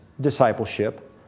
discipleship